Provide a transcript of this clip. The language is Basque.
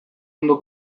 ondo